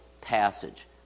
passage